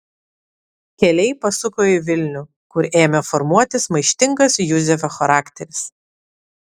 keliai pasuko į vilnių kur ėmė formuotis maištingas juzefo charakteris